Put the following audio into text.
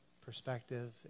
perspective